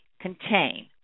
contain